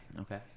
Okay